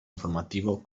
informativo